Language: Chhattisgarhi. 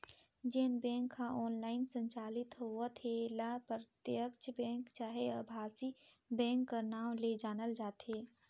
जेन बेंक ह ऑनलाईन संचालित होवत हे ल प्रत्यक्छ बेंक चहे अभासी बेंक कर नांव ले जानल जाथे